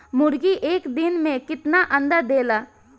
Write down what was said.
मुर्गी एक दिन मे कितना अंडा देला?